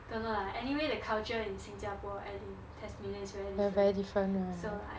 don't know lah anyway the culture in 新加坡 and in tasmania is very different so like